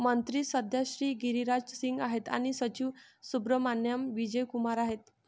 मंत्री सध्या श्री गिरिराज सिंग आहेत आणि सचिव सुब्रहमान्याम विजय कुमार आहेत